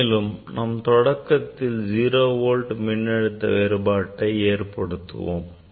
மேலும் நாம் தொடக்கத்தில் 0v மின்னழுத்த வேறுபாட்டை ஏற்படுத்துவோம்